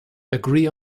agree